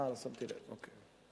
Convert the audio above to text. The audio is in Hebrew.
אה, לא שמתי לב, אוקיי.